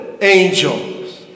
angels